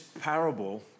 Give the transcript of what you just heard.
parable